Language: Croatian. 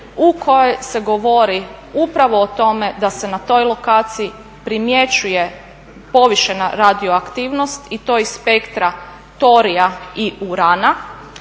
u kojem se govori upravo o tome da se na toj lokaciji primjećuje povišena radioaktivnost i to iz spektra torija i urana